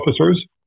officers